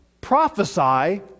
prophesy